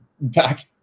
back